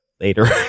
later